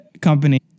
company